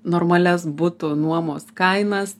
normalias butų nuomos kainas